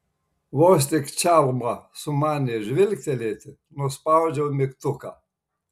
vos tik čalma sumanė žvilgtelėti nuspaudžiau mygtuką